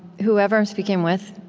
whoever i'm speaking with,